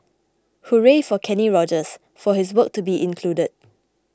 Hooray for Kenny Rogers for his work to be included